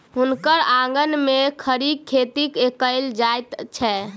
हुनकर आंगन में खड़ी खेती कएल जाइत छल